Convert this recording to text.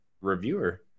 reviewer